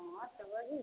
हाँ तो वही है